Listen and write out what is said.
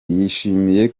yishimiye